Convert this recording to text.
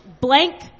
Blank